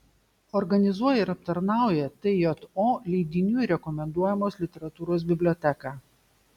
organizuoja ir aptarnauja tjo leidinių ir rekomenduojamos literatūros biblioteką